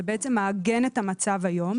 זה בעצם מעגן את המצב היום.